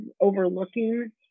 overlooking